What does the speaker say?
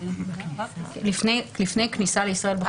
לפני הכניסה לישראל.